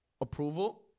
approval